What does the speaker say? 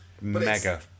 mega